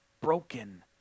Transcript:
broken